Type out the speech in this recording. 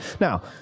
Now